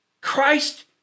Christ